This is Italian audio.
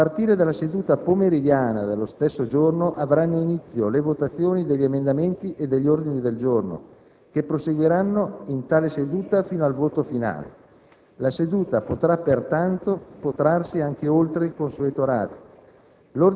A partire dalla seduta pomeridiana dello stesso giorno avranno inizio le votazioni degli emendamenti e degli ordini del giorno, che proseguiranno in tale seduta fino al voto finale. La seduta potrà pertanto protrarsi anche oltre il consueto orario.